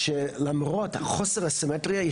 שלמרות החוסר הסימטריה,